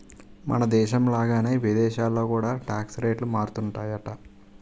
మనదేశం లాగానే విదేశాల్లో కూడా టాక్స్ రేట్లు మారుతుంటాయట